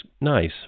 nice